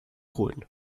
holen